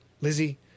Lizzie